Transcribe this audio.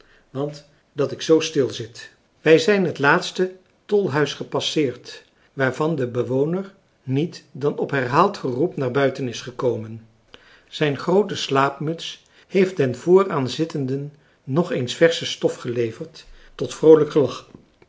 want dat ik zoo stil zit we zijn het laatste tolhuis gepasseerd waarvan de bewoner niet dan op herhaald geroep naar buiten is gekomen zijn groote slaapmuts heeft den vooraan zittenden nog eens versche stof geleverd tot vroolijk gelach